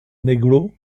negro